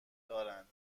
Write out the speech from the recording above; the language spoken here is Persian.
دارند